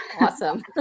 Awesome